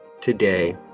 today